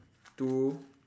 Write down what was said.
two